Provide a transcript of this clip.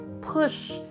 push